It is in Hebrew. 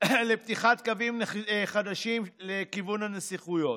לפתיחת קווים חדשים לכיוון הנסיכויות.